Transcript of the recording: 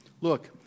Look